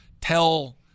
tell